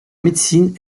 médecine